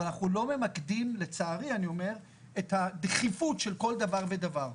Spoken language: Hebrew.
אבל לצערי אנחנו לא ממקדים את הדחיפות של כל דבר ודבר.